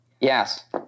Yes